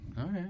Okay